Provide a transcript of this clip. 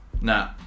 Nah